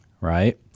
right